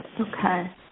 Okay